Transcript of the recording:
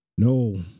No